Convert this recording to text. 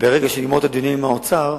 וברגע שנגמור את הדיונים עם האוצר,